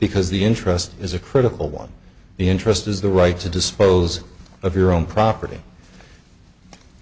because the interest is a critical one the interest is the right to dispose of your own property